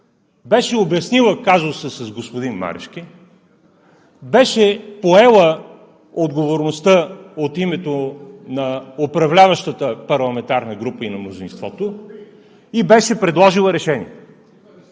беше обяснила казуса с господин Марешки, беше поела отговорността от името на управляващата парламентарна група и на мнозинството и беше предложила решение.